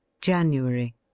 January